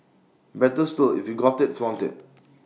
better still if you've got IT flaunt IT